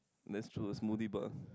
let's took a movie bah